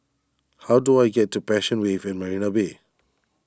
how do I get to Passion Wave at Marina Bay